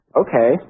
okay